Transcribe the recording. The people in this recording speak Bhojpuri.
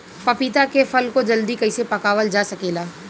पपिता के फल को जल्दी कइसे पकावल जा सकेला?